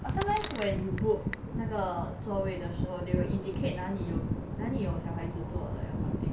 but sometimes when you book 那个座位的时候 they will indicate 哪里有哪里有小孩子坐 like or something